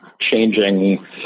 changing